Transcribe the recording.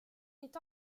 est